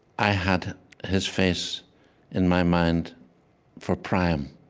i had his face in my mind for priam